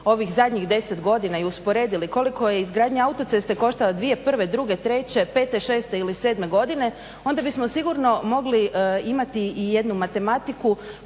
ovih zadnjih 10 godina i usporedili koliko je izgradnja autoceste koštala 2001., 2002., 2003., 2005., 2006. ili 2007. godine onda bismo sigurno mogli imati i jednu matematiku